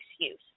excuse